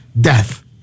death